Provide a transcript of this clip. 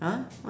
uh